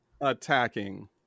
attacking